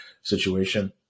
situation